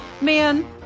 Man